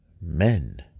men